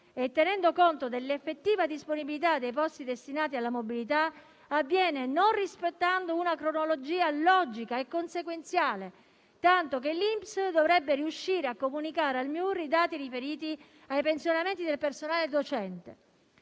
e tenendo conto dell'effettiva disponibilità dei posti destinati alla mobilità, avviene non rispettando una cronologia logica e conseguenziale, tanto che l'Inps dovrebbe riuscire a comunicare al MIUR i dati riferiti ai pensionamenti del personale docente